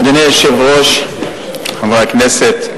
אדוני היושב-ראש, חברי הכנסת,